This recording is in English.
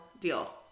deal